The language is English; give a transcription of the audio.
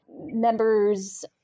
members